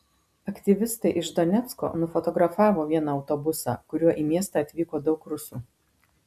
aktyvistai iš donecko nufotografavo vieną autobusą kuriuo į miestą atvyko daug rusų